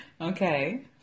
Okay